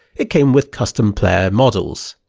it came with custom player models.